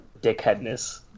dickheadness